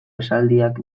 esaldiak